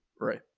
Right